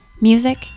music